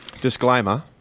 Disclaimer